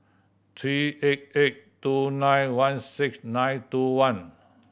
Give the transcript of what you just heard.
three eight eight two nine one six nine two one